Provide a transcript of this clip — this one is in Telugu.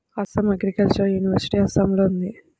అస్సాం అగ్రికల్చరల్ యూనివర్సిటీ అస్సాంలో ఉంది